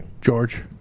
George